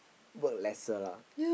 work lesser lah